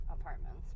apartments